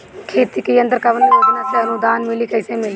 खेती के यंत्र कवने योजना से अनुदान मिली कैसे मिली?